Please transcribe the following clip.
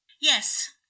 Yes